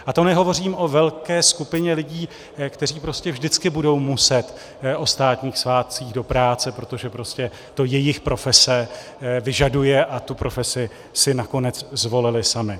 A to nehovořím o velké skupině lidí, kteří vždycky budou muset o státních svátcích do práce, protože prostě to jejich profese vyžaduje a tu profesi si nakonec zvolili sami.